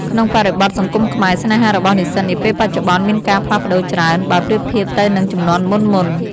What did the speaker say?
ក្នុងបរិបទសង្គមខ្មែរ ស្នេហារបស់និស្សិតនាពេលបច្ចុប្បន្នមានការផ្លាស់ប្តូរច្រើន បើប្រៀបធៀបទៅនឹងជំនាន់មុនៗ។